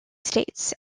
states